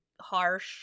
harsh